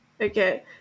Okay